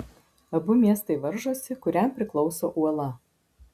abu miestai varžosi kuriam priklauso uola